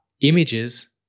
images